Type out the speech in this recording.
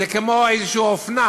זה כמו אופנה,